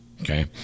okay